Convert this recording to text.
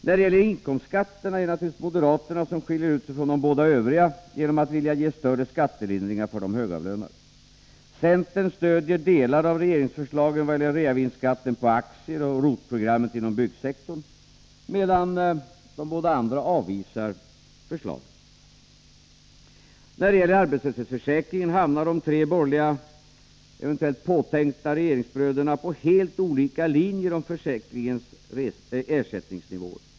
När det gäller inkomstskatterna är det naturligtvis moderaterna som skiljer ut sig från de båda övriga genom att vilja ge större skattelindringar för de högavlönade. Centern stödjer delar av regeringsförslagen vad gäller reavinstskatten på aktier och ROT-programmet inom byggsektorn, medan de båda andra avvisar förslagen. När det gäller arbetslöshetsförsäkringen hamnar de tre borgerliga eventuellt tilltänkta regeringsbröderna på helt olika linjer om försäkringens ersättningsnivå.